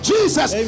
Jesus